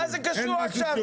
מה זה קשור עכשיו?